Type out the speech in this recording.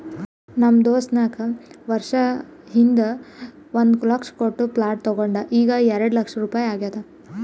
ನಮ್ ದೋಸ್ತ ನಾಕ್ ವರ್ಷ ಹಿಂದ್ ಒಂದ್ ಲಕ್ಷ ಕೊಟ್ಟ ಪ್ಲಾಟ್ ತೊಂಡಾನ ಈಗ್ಎರೆಡ್ ಲಕ್ಷ ರುಪಾಯಿ ಆಗ್ಯಾದ್